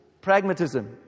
Pragmatism